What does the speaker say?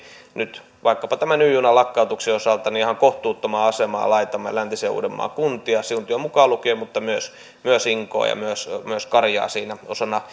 nyt vaikkapa tämän y junan lakkautuksen osalta ihan kohtuuttomaan asemaan laitamme läntisen uudenmaan kuntia siuntio mukaan lukien mutta myös myös inkoo ja myös myös karjaa siinä osana